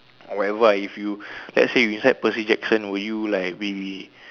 or wherever ah if you let's say you inside Percy-Jackson will you like be